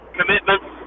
commitments